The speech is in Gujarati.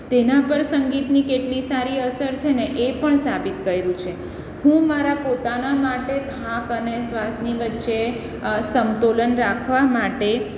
તેના પર સંગીતની કેટલી સારી અસર છેને એ પણ સાબિત કર્યું છે હું મારા પોતાના માટે ખાક અને શ્વાસની વચ્ચે સમતોલન રાખવા માટે